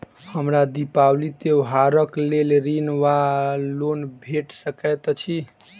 हमरा दिपावली त्योहारक लेल ऋण वा लोन भेट सकैत अछि?